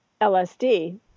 LSD